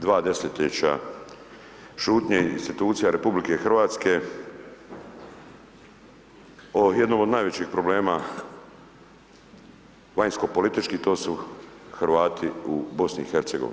Uslijed 2 desetljeća šutnje institucije RH, o jednom od najvećih problema vanjsko političkih, to su Hrvati u BIH.